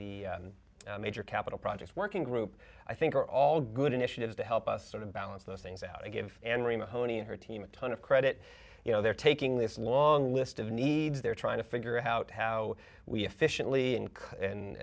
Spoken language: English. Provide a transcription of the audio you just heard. the major capital projects working group i think are all good initiatives to help us sort of balance those things out and give hony and her team a ton of credit you know they're taking this long list of needs they're trying to figure out how we efficiently and and